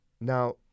now